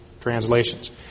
translations